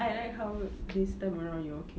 I like how this time around you are okay